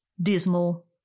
dismal